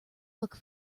look